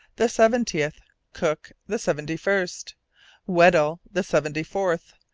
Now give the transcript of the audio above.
the seventieth cook, the seventy-first weddell, the seventy-fourth.